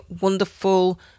wonderful